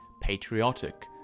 patriotic